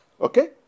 okay